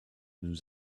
nous